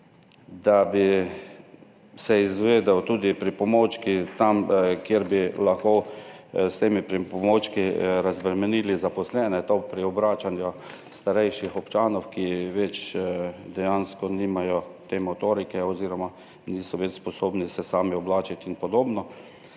da bi se izvedli tudi pripomočki tam, kjer bi lahko s temi pripomočki razbremenili zaposlene pri oblačenju starejših občanov, ki več dejansko nimajo te motorike oziroma niso več sposobni se sami oblačiti in podobno.